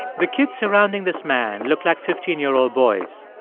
the kids surrounding this man looked like fifteen year old boys.